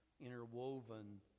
interwoven